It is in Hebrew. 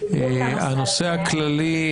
הנושא הכללי,